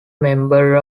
member